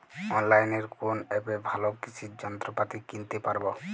অনলাইনের কোন অ্যাপে ভালো কৃষির যন্ত্রপাতি কিনতে পারবো?